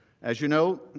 as you know,